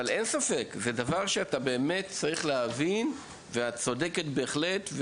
לכן אין ספק שזה דבר שצריך להבין ואת צודקת בהחלט.